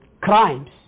crimes